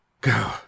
Go